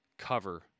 cover